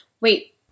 wait